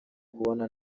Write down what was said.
kubona